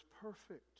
perfect